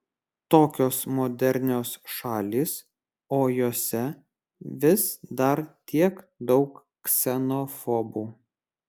tokios modernios šalys o jose vis dar tiek daug ksenofobų